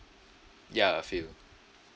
ya a few